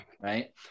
Right